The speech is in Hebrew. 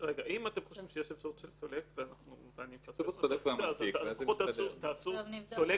אם אתם חושבים שיש אפשרות של סולק אז לפחות תעשו סולק